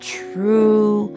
true